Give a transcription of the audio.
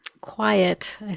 Quiet